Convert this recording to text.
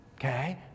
okay